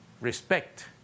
respect